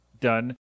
done